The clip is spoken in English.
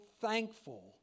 thankful